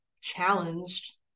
challenged